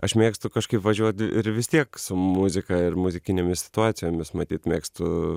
aš mėgstu kažkaip važiuoti ir vis tiek su muzika ir muzikinėmis situacijomis matyt mėgstu